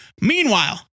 Meanwhile